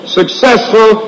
successful